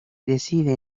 decide